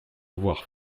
avoir